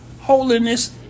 Holiness